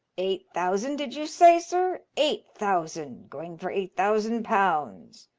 eight thousand did you say, sir? eight thousand. going for eight thousand pounds.